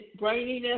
braininess